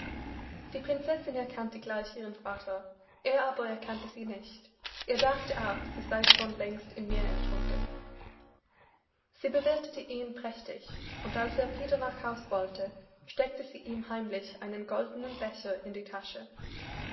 die prinzessin erkannte gleich ihren vater er aber erkannte sie nicht er dachte auch sie sey schon längst im meer ertrunken sie bewirthete ihn prächtig und als er wieder nach haus wollte steckte sie ihm heimlich einen goldenen becher in die tasche